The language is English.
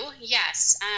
yes